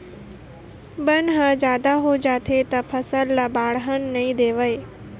बन ह जादा हो जाथे त फसल ल बाड़हन नइ देवय